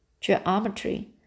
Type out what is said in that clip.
geometry